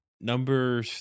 number